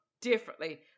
differently